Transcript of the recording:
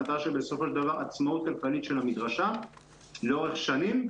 והמטרה שלה בסופו של דבר היא עצמאות כלכלית של המדרשה לאורך שנים,